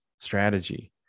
strategy